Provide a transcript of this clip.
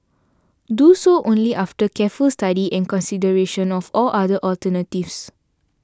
do so only after careful study and consideration of all other alternatives